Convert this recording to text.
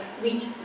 reach